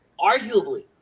arguably